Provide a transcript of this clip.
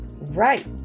Right